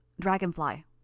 Dragonfly